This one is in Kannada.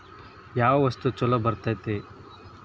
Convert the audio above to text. ಯಾವ ವಸ್ತು ಛಲೋ ಬರ್ತೇತಿ?